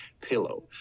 pillow